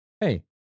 Hey